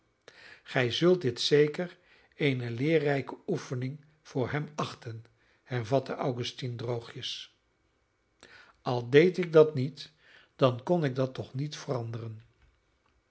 gij zult dit zeker eene leerrijke oefening voor hem achten hervatte augustine droogjes al deed ik dat niet dan kon ik dat toch niet veranderen